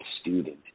student